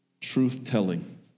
truth-telling